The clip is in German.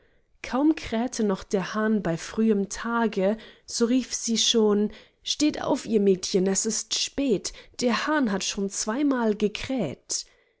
kaum krähte noch der hahn bei frühem tage so rief sie schon steht auf ihr mädchen es ist spät der hahn hat schon zweimal gekräht